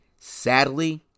Sadly